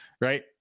right